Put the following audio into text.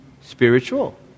spiritual